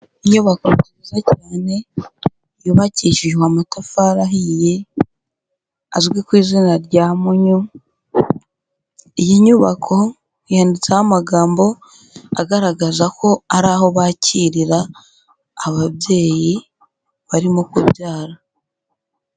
Iyubako nziza cyane yubakishijwe amatafari ahiye, azwi ku izina rya mpunyu, iyi nyubako yanditseho amagambo agaragaza ko ari aho bakirira ababyeyi barimo kubyara.